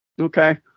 okay